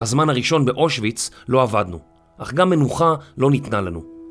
הזמן הראשון באושוויץ לא עבדנו, אך גם מנוחה לא ניתנה לנו.